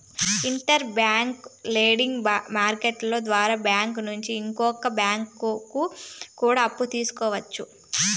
inter bank lending market ద్వారా bank నుంచి ఇంకో బ్యాంకు కూడా అప్పు తీసుకోవచ్చు